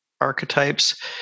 archetypes –